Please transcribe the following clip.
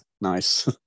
Nice